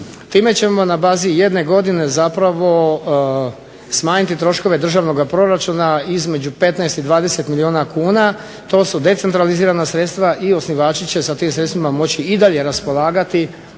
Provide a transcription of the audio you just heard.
Time ćemo na bazi jedne godine zapravo smanjiti troškove državnog proračuna između 15 i 20 milijuna kuna. To su decentralizirana sredstva i osnivači će sa tim sredstvima i dalje moći raspolagati,